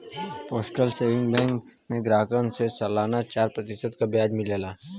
postal saving bank में ग्राहकन के सलाना चार प्रतिशत क ब्याज मिलला